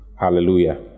hallelujah